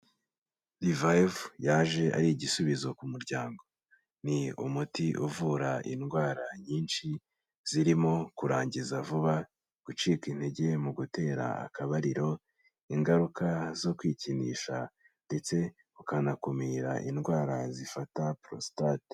Revayive yaje ari igisubizo ku muryango. Ni umuti uvura indwara nyinshi, zirimo kurangiza vuba, gucika intege mu gutera akabariro, ingaruka zo kwikinisha ndetse ukanakumira indwara zifata porositate.